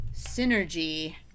Synergy